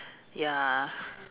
ya